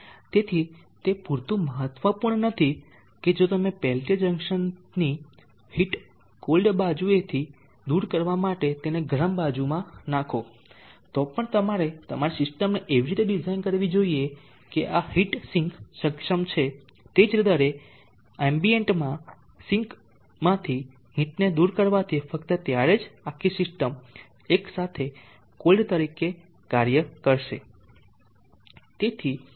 તેથી તેથી તે પુરતું મહત્વપૂર્ણ નથી કે જો તમે પેલ્ટીયર જંકશનની હીટ કોલ્ડ બાજુથી દૂર કરવા માટે તેને ગરમ બાજુમાં નાંખો તો પણ તમારે તમારી સિસ્ટમને એવી રીતે ડિઝાઇન કરવી જોઈએ કે આ હીટ સિંક સક્ષમ છે તે જ દરે એમ્બિયન્ટમાં સિંકમાંથી હીટને દૂર કરવાથી ફક્ત ત્યારે જ આખી સિસ્ટમ એક સાથે કોલ્ડ તરીકે યોગ્ય રીતે કાર્ય કરશે